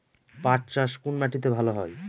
পাট চাষ কোন মাটিতে ভালো হয়?